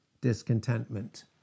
Discontentment